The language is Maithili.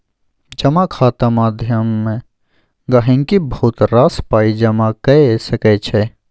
जमा खाता माध्यमे गहिंकी बहुत रास पाइ जमा कए सकै छै